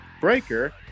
Breaker